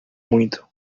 muito